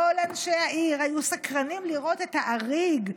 כל אנשי העיר היו סקרנים לראות את האריג,